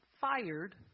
fired